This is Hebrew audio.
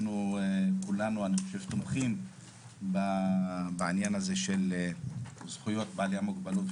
אני חושב שכולנו תומכים בעניין הזה של זכויות בעלי המוגבלות,